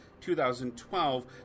2012